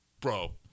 bro